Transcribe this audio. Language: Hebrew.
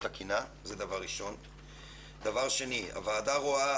דבר שני, הוועדה רואה